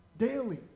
daily